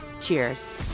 Cheers